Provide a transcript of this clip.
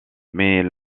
mais